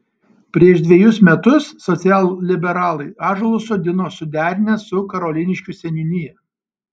prieš dvejus metus socialliberalai ąžuolus sodino suderinę su karoliniškių seniūnija